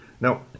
Now